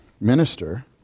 minister